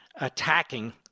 attacking